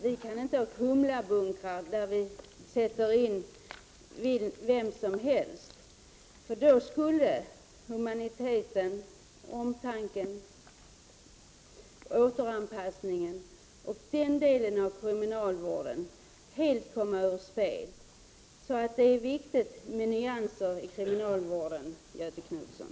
Vi kan inte ha Kumlabunkrar där vi sätter in vem som helst, för då skulle humaniteten, omtanken, återanpassningen och hela den delen av kriminalvården komma ur spel. Det är viktigt med nyanser i kriminalvården, Göthe Knutson!